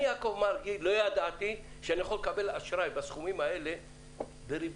אני יעקב מרגי לא ידעתי שאני יכול לקבל אשראי בסכומים האלה בריבית